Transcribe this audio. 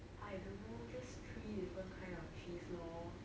I don't know just three different kind of cheese lor